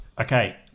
Okay